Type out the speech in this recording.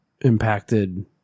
impacted